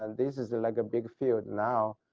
and this is like a big field now.